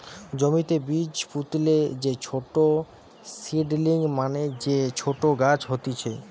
জমিতে বীজ পুতলে যে ছোট সীডলিং মানে যে ছোট গাছ হতিছে